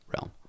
realm